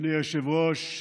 אדוני היושב-ראש,